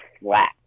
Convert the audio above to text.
flat